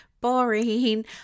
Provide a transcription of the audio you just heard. boring